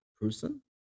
person